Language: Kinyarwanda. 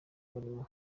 umurimo